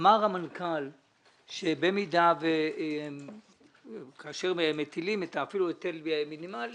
אמר המנכ"ל שבמידה שכאשר מטילים אפילו את ההיטל המינימלי